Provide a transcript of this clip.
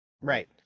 Right